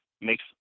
makes